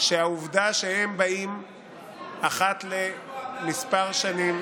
שהעובדה שהם באים אחת לכמה שנים